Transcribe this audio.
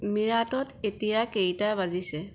মীৰাটত এতিয়া কেইটা বাজিছে